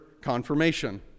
confirmation